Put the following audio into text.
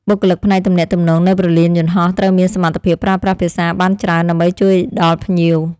បុគ្គលិកផ្នែកទំនាក់ទំនងនៅព្រលានយន្តហោះត្រូវមានសមត្ថភាពប្រើប្រាស់ភាសាបានច្រើនដើម្បីជួយដល់ភ្ញៀវ។